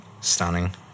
stunning